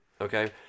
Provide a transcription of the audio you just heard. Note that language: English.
Okay